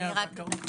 --- זכאות כפולה,